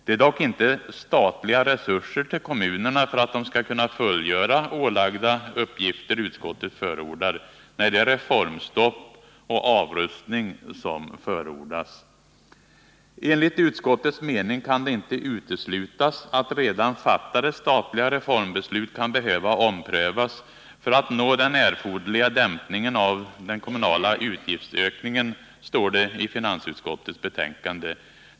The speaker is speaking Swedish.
Det är dock inte statliga resurser till kommunerna för att de skall kunna fullgöra ålagda uppgifter som utskottet förordar. Nej, det är reformstopp och avrustning som förordas: ”Enligt utskottets mening kan det inte uteslutas att redan fattade statliga reformbeslut kan behöva omprövas för att nå den erforderliga dämpningen av den kommunala utgiftsökningen”, står det i finansutskottets betänkande.